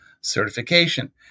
certification